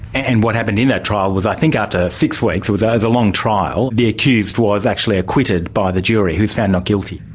and what happened in that trial was i think after six weeks it was a long trial the accused was actually acquitted by the jury. he was found not guilty.